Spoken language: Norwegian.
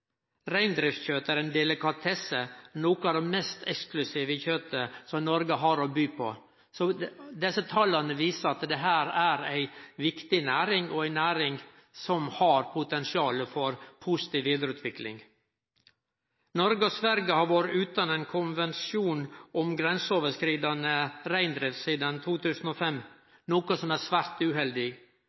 er ei delikatesse, noko av det mest eksklusive kjøttet som Noreg har å by på. Desse tala viser at dette er ei viktig næring, og ei næring som har potensial for ei positiv vidareutvikling. Noreg og Sverige har vore utan ein konvensjon om grenseoverskridande reindrift sidan 2005, noko som er svært uheldig.